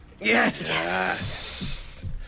Yes